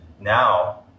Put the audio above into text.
now